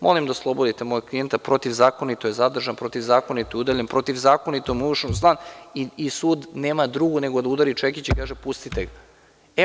Molim vas da oslobodite mog klijenta, protivzakonito je zadržan, protivzakonito udaljen, protivzakonito mu se ušlo u stan i sud nema druge, nego da udari čekićem i da kaže – pustite ga.